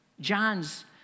John's